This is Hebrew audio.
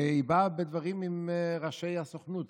והיא באה בדברים עם ראשי הסוכנות